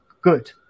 good